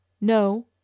No